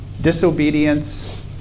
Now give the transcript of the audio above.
disobedience